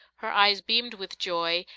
her eyes beamed with joy,